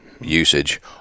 usage